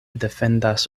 defendas